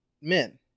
men